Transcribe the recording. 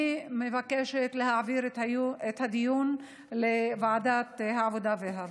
אני מבקשת להעביר את הדיון לוועדת העבודה והרווחה.